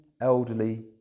elderly